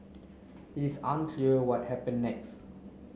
it is unclear what happen next